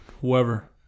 Whoever